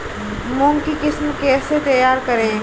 मूंग की किस्म कैसे तैयार करें?